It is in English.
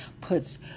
puts